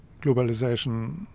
globalization